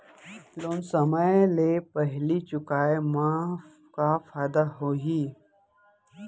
Loan समय ले पहिली चुकाए मा का फायदा होही?